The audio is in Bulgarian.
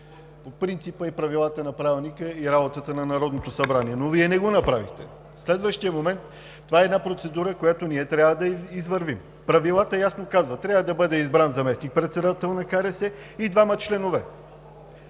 на принципа и правилата на Правилника за работата на Народното събрание, но Вие не го направихте. Следващият момент – това е една процедура, която ние трябва да извървим. Правилата ясно казват: „Трябва да бъде избран заместник-председател на КРС и двама членове.“